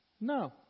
no